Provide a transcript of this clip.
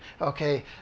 okay